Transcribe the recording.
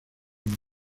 otro